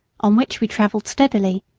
on which we traveled steadily,